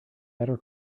better